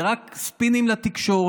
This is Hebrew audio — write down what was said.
זה רק ספינים לתקשורת.